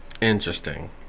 interesting